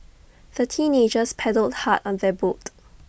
the teenagers paddled hard on their boat